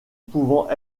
pouvant